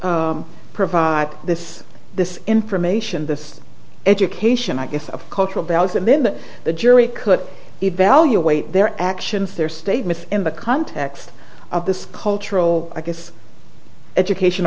provide this this information this education i guess of cultural values and then that the jury could evaluate their actions their statements in the context of this cultural i guess education